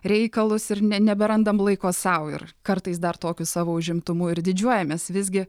reikalus ir nė neberandam laiko sau ir kartais dar tokiu savo užimtumu ir didžiuojamės visgi